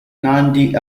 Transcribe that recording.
nandi